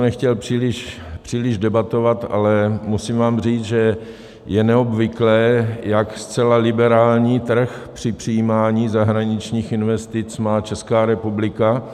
Nechtěl bych to příliš, příliš debatovat, ale musím vám říct, že je neobvyklé, jak zcela liberální trh při přijímání zahraničních investic má Česká republika.